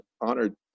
honored